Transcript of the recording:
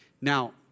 Now